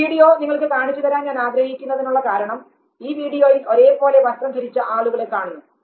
ഈ വീഡിയോ നിങ്ങൾക്ക് കാണിച്ചുതരാൻ ഞാൻ ആഗ്രഹിക്കുന്നതിനുള്ള കാരണം ഈ വീഡിയോയിൽ ഒരേ പോലെ വസ്ത്രം ധരിച്ച ആളുകളെ കാണുന്നു